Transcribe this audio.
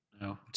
No